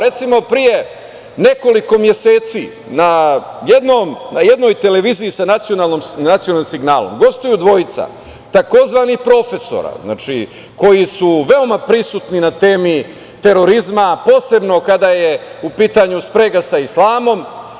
Recimo, pre nekoliko meseci, na jednoj televiziji sa nacionalnim signalom, gostuju dvojica, tzv. profesora, znači, koji su veoma prisutni na temi terorizma, posebno kada je u pitanju sprega sa islamom.